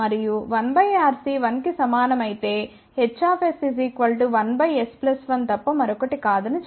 మరియు 1 RC 1 కి సమానం అయితే HS1S 1 తప్ప మరొకటి కాదని చెప్పవచ్చు